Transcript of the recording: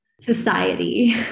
society